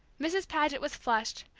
mrs. paget was flushed,